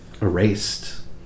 erased